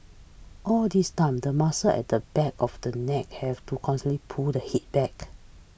all this time the muscles at the back of the neck have to constantly pull the head back